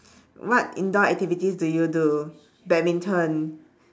what indoor activities do you do badminton